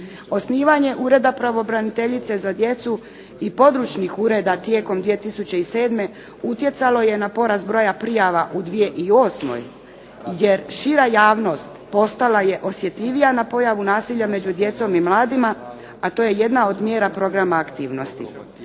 Osnivanje Ureda pravobraniteljice za djecu i područnih ureda tijekom 2007. utjecalo je porast broja prijava u 2008. jer šira javnost postala je osjetljivija na pojavu nasilja među djecom i mladima, a to je jedna od mjera programa aktivnosti.